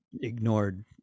ignored